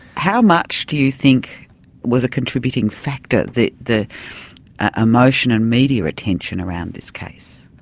how much do you think was a contributing factor, the the emotion and media attention around this case?